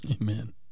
amen